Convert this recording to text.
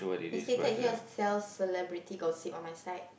it's stated here sells celebrity gossip on my side